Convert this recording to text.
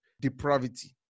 depravity